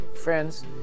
Friends